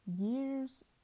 years